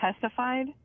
testified